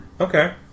Okay